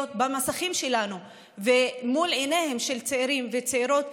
במסכים שלנו מול עיניהם של צעירים וצעירות,